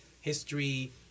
history